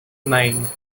mind